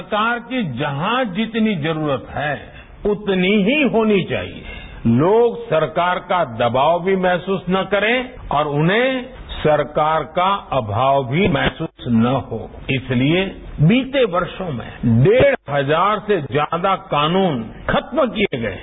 सरकार की जहां जितनी जरूरत है उतनी ही होनी चाहिए लोग सरकार का दबाब भी महसूस न करें और उन्हें सरकार का अभाव भी महसूस न हो इसलिए बीते वर्षों में डेढ़ हजार से ज्यादा कानून खत्म किर्य गये है